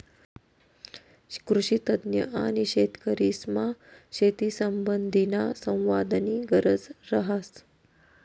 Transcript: कृषीतज्ञ आणि शेतकरीसमा शेतीसंबंधीना संवादनी गरज रहास